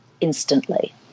instantly